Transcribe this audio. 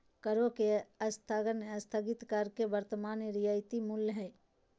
करों के स्थगन स्थगित कर के वर्तमान रियायती मूल्य हइ